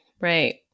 Right